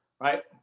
Right